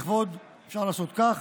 אפשר לעשות כך,